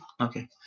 Okay